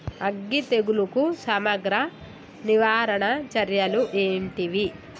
అగ్గి తెగులుకు సమగ్ర నివారణ చర్యలు ఏంటివి?